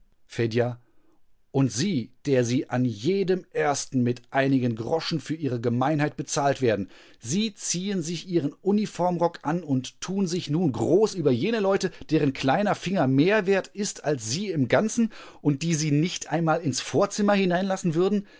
fedja und sie der sie an jedem ersten mit einigen groschen für ihre gemeinheit bezahlt werden sie ziehen sich ihren uniformrock an und tun sich nun groß über jene leute deren kleiner finger mehr wert ist als sie im ganzen und die sie nicht einmal ins vorzimmer hineinlassen würden